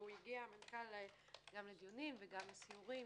והמנכ"ל הגיע לדיונים ולסיורים.